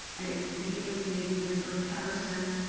i think it was maybe member patterson,